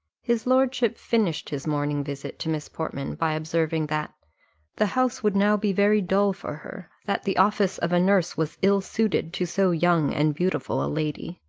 his lordship finished his morning visit to miss portman, by observing that the house would now be very dull for her that the office of a nurse was ill-suited to so young and beautiful a lady,